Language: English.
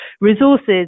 resources